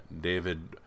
David